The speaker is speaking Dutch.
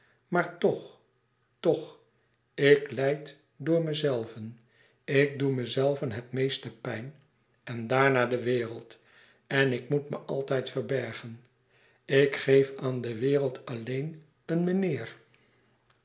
maar toch toch ik lijd door mezelven ik doe mezelven het meeste pijn en daarna de wereld en ik moet me altijd verbergen ik geef aan de wereld alleen een meneer